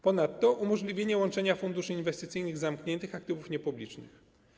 Ponadto chodzi o umożliwienie łączenia funduszy inwestycyjnych zamkniętych aktywów niepublicznych.